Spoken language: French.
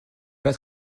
pas